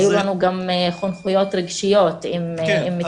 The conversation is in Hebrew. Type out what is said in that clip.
היו לנו גם חונכויות רגשיות עם מטפלים.